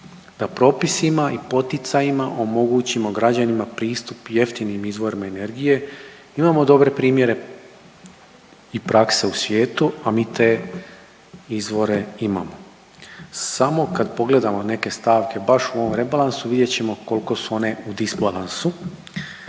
da propisima i poticajima omogućimo građanima pristup jeftinim izvorima energije. Imamo dobre primjere i prakse u svijetu, a mi te izvore imamo. Samo kad pogledamo neke stavke baš u ovom rebalansu vidjet ćemo koliko su one u disbalansu.